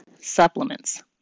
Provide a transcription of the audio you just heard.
supplements